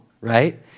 right